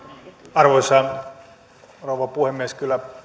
arvoisa rouva puhemies kyllä